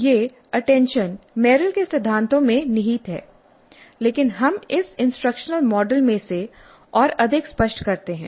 यह attention Merrill के सिद्धांतों में निहित है लेकिन हम इस इंस्ट्रक्शनल मॉडल में इसे और अधिक स्पष्ट करते हैं